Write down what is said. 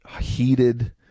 heated